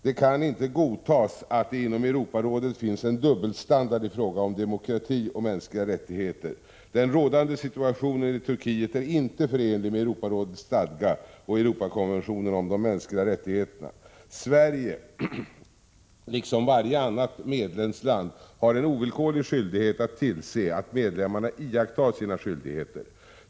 Det kan inte godtas att det inom Europarådet finns en dubbelstandard i fråga om demokrati och mänskliga rättigheter. Den rådande situationen i Turkiet är inte förenlig med Europarådets stadga och Europakonventionen om de mänskliga rättigheterna. Sverige, liksom varje annat medlemsland, har en ovillkorlig skyldighet att tillse att medlemmarna iakttar sina skyldigheter.